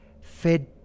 fed